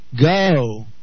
go